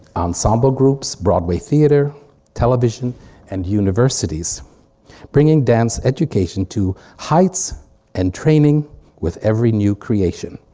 ensemble groups, broadway theatre television and universities bringing dance education to heights and training with every new creation.